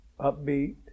upbeat